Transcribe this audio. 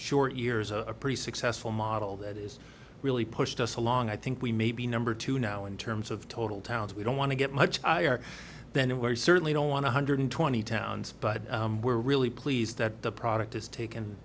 short years a pretty successful model that is really pushed us along i think we may be number two now in terms of total towns we don't want to get much higher than where we certainly don't want to hundred twenty towns but we're really pleased that the product is taken